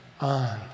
on